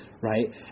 right